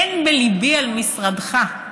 אין בליבי על משרדך,